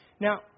Now